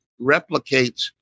replicates